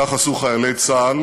כך עשו חיילי צה"ל